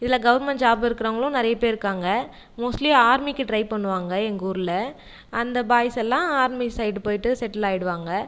இதில் government job இருக்கிறவங்களும் நிறைய பேர் இருக்காங்கள் மோஸ்ட்லி ஆர்மிக்கு ட்ரை பண்ணுவாங்கள் எங்கர்ல அந்த பாய்ஸ் எல்லா ஆர்மி சைடு போயிட்டு செட்டிலாயிடுவாங்கள்